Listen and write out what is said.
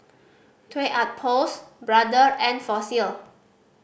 Toy Outpost Brother and Fossil